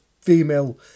female